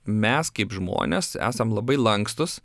mes kaip žmonės esam labai lankstūs